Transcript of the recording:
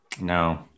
No